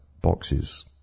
boxes